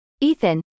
Ethan